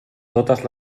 totes